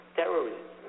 terrorists